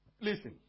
Listen